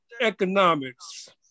economics